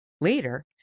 later